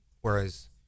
whereas